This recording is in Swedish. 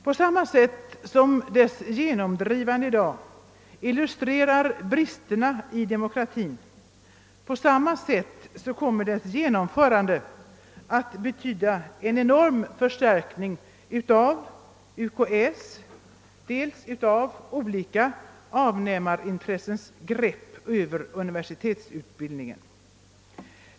På samma sätt som dess genomdrivande i dag illustrerar bristerna i demokratin, på samma sätt kommer dess genomförande att betyda en enorm förstärkning dels av UKÄ:s, dels av olika avnämarintressens grepp över universitetsutbildningen.